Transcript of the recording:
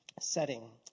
setting